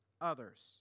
others